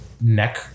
neck